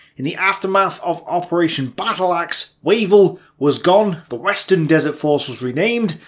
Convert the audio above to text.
in the aftermath of operation battleaxe, wavell was gone, the western desert force was renamed,